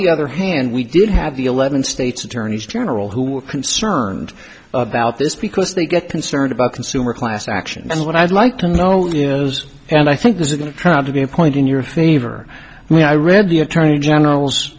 the other hand we did have the eleven states attorneys general who were concerned about this because they get concerned about consumer class action and what i'd like to know those and i think this is going to turn out to be a point in your favor when i read the attorney general's